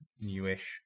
newish